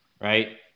right